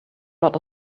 lot